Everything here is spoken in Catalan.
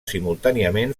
simultàniament